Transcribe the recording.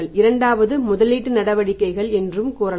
இரண்டாவது முதலீட்டு நடவடிக்கைகள் என்று கூறலாம்